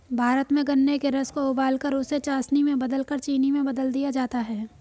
भारत में गन्ने के रस को उबालकर उसे चासनी में बदलकर चीनी में बदल दिया जाता है